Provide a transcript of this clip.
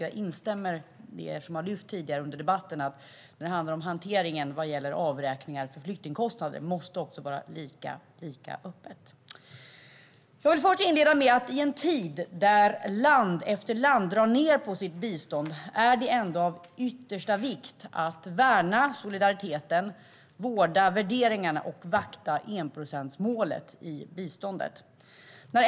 Jag instämmer med er som tidigare i debatten har lyft fram att hanteringen av avräkningar för flyktingkostnader måste vara lika öppen. Jag vill inledningsvis säga att det i en tid då land efter land drar ned på sitt bistånd är av yttersta vikt att värna solidariteten, vårda värderingarna och vakta enprocentsmålet i biståndet.